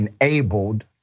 enabled